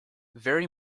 very